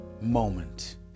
moment